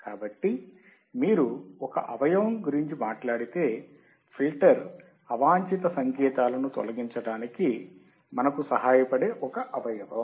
కాబట్టి మీరు ఒక అవయవం గురించి మాట్లాడితే ఫిల్టర్ అవాంఛిత సంకేతాలను తొలగించడానికి మనకు సహాయపడే ఒక అవయవం